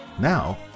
Now